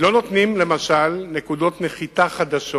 לא נותנים למשל נקודות נחיתה חדשות